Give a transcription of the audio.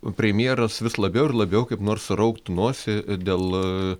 premjeras vis labiau ir labiau kaip nors surauktų nosį dėl